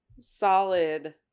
solid